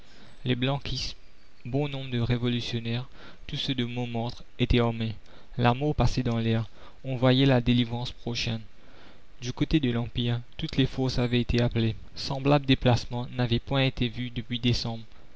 les blanquistes bon nombre de révolutionnaires tous ceux de montmartre étaient armés la mort passait dans l'air on voyait la délivrance prochaine du côté de l'empire toutes les forces avaient été appelées semblable déplacement n'avait point été vu depuis décembre